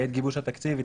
בעת גיבוש התקציב,